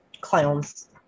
clowns